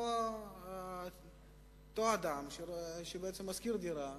אותו אדם ששוכר דירה,